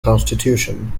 constitution